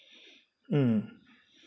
mm